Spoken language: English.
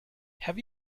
have